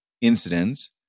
incidents